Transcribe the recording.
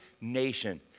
nation